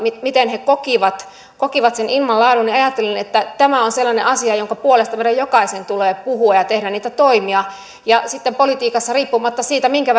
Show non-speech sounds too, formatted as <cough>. miten he kokivat kokivat sen ilmanlaadun ja ajattelin että tämä on sellainen asia jonka puolesta meidän jokaisen tulee puhua ja tehdä niitä toimia sitten politiikassa riippumatta siitä minkä <unintelligible>